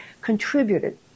contributed